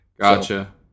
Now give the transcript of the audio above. Gotcha